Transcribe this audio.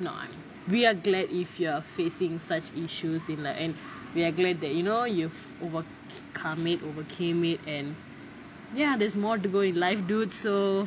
not we are glad if you are facing such issues in like an~ we are glad that you know you overcome it overcame it and ya there is more to go in life dude so